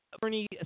Bernie